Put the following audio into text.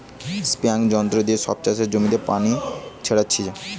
স্প্রেযাঁর যন্ত্র দিয়ে সব চাষের জমিতে পানি ছোরাটিছে